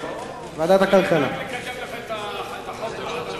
כנסת, אין מתנגדים, נמנע אחד.